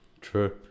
True